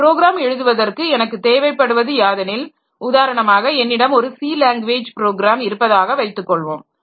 ஒரு ப்ரோக்ராம் எழுதுவதற்கு எனக்கு தேவைப்படுவது யாதெனில் உதாரணமாக என்னிடம் ஒரு சி லாங்குவேஜ் ப்ரோக்ராம் இருப்பதாக வைத்துக் கொள்வோம்